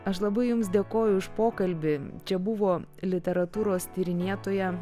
aš labai jums dėkoju už pokalbį čia buvo literatūros tyrinėtoja